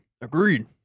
Agreed